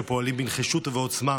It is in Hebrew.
שפועלים בנחישות ובעוצמה